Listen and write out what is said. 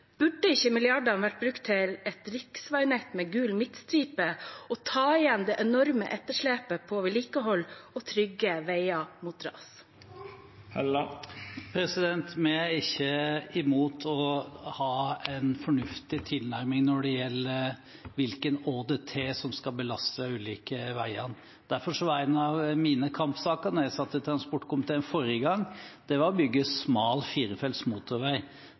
Burde ikke milliardene vært brukt til et riksveinett med gul midtstripe, til å ta igjen det enorme etterslepet på vedlikehold og på å trygge veier mot ras? Vi er ikke imot å ha en fornuftig tilnærming når det gjelder hvilken ÅDT som skal belaste de ulike veiene. Derfor var en av mine kampsaker da jeg satt i transportkomiteen forrige gang, å bygge smal firefelts motorvei.